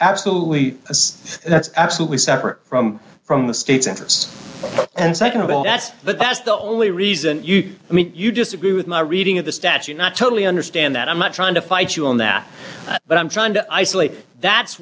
absolutely as that's absolutely separate from from the state's interests and nd of all that's but that's the only reason i mean you disagree with my reading of the statute not totally understand that i'm not trying to fight you on that but i'm trying to isolate that's